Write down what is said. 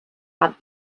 had